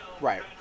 Right